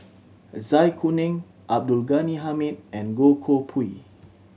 Zai Kuning Abdul Ghani Hamid and Goh Koh Pui